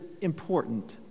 important